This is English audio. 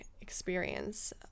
experience